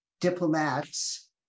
diplomats